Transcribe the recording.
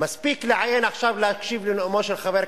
קוראים למחבלים המתועבים של ה"חמאס",